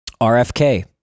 RFK